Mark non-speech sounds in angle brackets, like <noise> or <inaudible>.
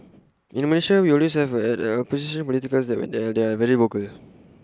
in Malaysia we always have <unintelligible> had opposition politicians and they are they are very vocal